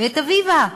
ואת אביבה,